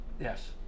Yes